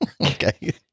Okay